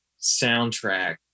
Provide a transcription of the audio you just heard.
soundtrack